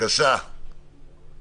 ממש תיארה